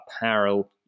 apparel